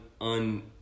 un